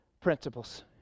Principles